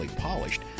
Polished